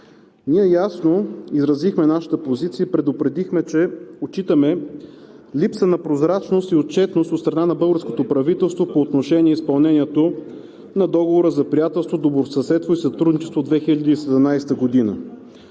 ние ясно изразихме нашата позиция и предупредихме, че отчитаме липса на прозрачност и отчетност от страна на българското правителство по отношение изпълнението на Договора за приятелство, добросъседство и сътрудничество от 2017 г.